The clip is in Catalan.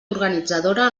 organitzadora